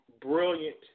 brilliant